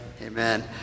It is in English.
Amen